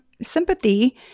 sympathy